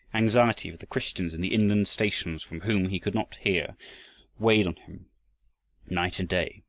anxiety for the christians in the inland stations from whom he could not hear weighed on him night and day,